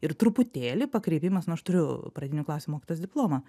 ir truputėlį pakreipimas nu aš turiu pradinių klasių mokytojos diplomą